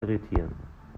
irritieren